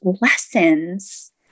lessons